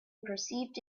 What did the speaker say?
perceived